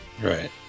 right